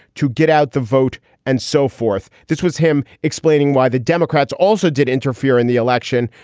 to get out the vote and so forth. this was him explaining why the democrats also did interfere in the election,